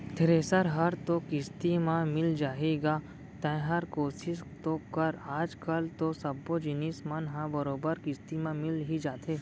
thresher हर तो किस्ती म मिल जाही गा तैंहर कोसिस तो कर आज कल तो सब्बो जिनिस मन ह बरोबर किस्ती म मिल ही जाथे